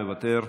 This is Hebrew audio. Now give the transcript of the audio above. מוותר.